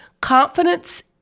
Confidence